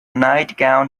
nightgown